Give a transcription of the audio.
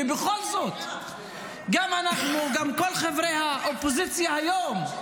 ובכל זאת גם אנחנו, גם כל חברי האופוזיציה היום,